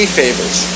favors